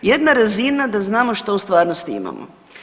Jedna razina da znamo što u stvarnosti imamo.